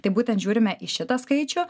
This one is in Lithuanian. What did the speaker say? tai būtent žiūrime į šitą skaičių